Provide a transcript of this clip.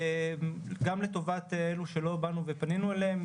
גם לטובת אלו שלא באנו ופנינו אליהם,